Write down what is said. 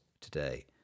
today